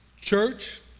church